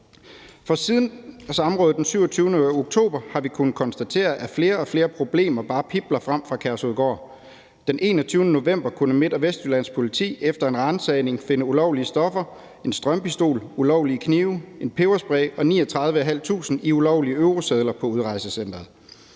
gøre? Siden samrådet den 27. oktober har vi kunnet konstatere, at flere og flere problemer bare pibler frem fra Kærshovedgård. Den 21. november kunne Midt- og Vestjyllands Politi efter en ransagning finde ulovlige stoffer, en strømpistol, ulovlige knive, en peberspray og 39.500 i ulovlige eurosedler på udrejsecenteret.